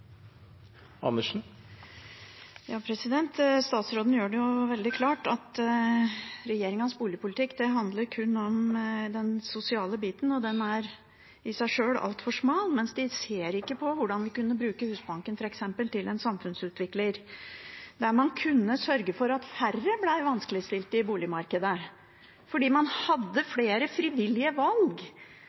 Statsråden gjør det veldig klart at regjeringens boligpolitikk kun handler om den sosiale biten, og den er i seg sjøl altfor smal. De ser ikke på hvordan de kunne brukt Husbanken f.eks. som en samfunnsutvikler. Man kunne sørget for at færre ble vanskeligstilt i boligmarkedet, fordi man hadde flere frivillige valg,